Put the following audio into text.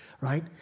right